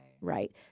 Right